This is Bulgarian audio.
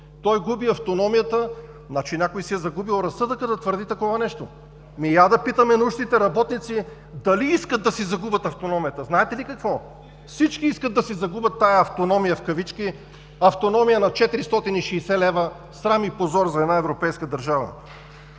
той губи автономията. Значи, някой си е загубил разсъдъка да твърди такова нещо. Хайде да питаме научните работници дали искат да си загубят автономията. Знаете ли какво: всички искат да си загубят тази „автономия“ – автономия на 460 лв., срам и позор за една европейска държава.